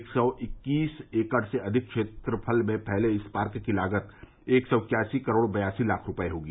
एक सौ इक्कीस एकड़ से अधिक क्षेत्रफल में फैले इस पार्क की लागत एक सौ इक्यासी करोड़ बयासी लाख रूपये होगी